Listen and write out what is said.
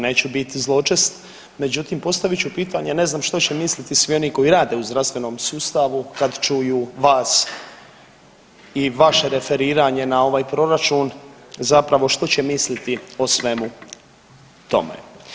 Neću biti zločast, međutim postavit ću pitanje, a ne znam što će misliti svi oni koji rade u zdravstvenom sustavu kad čuju vas i vaše referiranje na ovaj proračun, zapravo što će misliti o svemu tome.